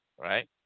right